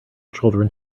children